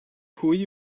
pwy